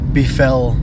befell